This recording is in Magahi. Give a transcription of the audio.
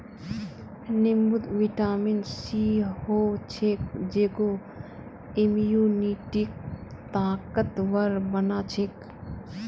नींबूत विटामिन सी ह छेक जेको इम्यूनिटीक ताकतवर बना छेक